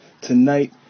Tonight